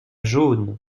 jaune